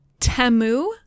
Temu